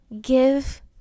give